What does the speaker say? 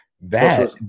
that-